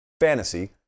fantasy